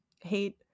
hate